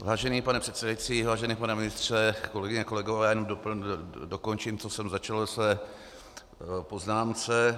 Vážený pane předsedající, vážený pane ministře, kolegyně a kolegové, jenom dokončím, co jsem začal ve své poznámce.